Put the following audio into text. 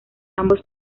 ambos